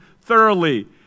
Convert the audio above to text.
thoroughly